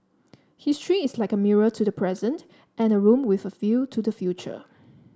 history is like a mirror to the present and a room with a view to the future